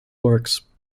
works